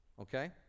Okay